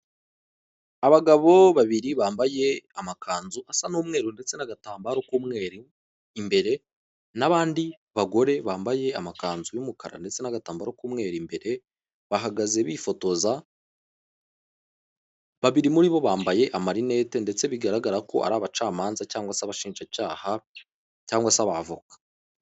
Abagabo babiri bambaye amakanzu asa n'umweru ndetse n'agatambaro k'umweru imbere n'abandi bagore bambaye amakanzu y'umukara ndetse n'agatambaro k'umweru imbere, bahagaze bifotoza, babiri muri bo bambaye amarinete ndetse bigaragara ko ari abacamanza cyangwa se abashinjacyaha cyangwa se abavoka.